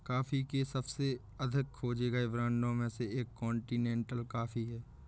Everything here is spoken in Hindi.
कॉफ़ी के सबसे अधिक खोजे गए ब्रांडों में से एक कॉन्टिनेंटल कॉफ़ी है